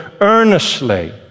earnestly